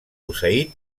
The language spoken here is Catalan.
posseït